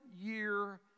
year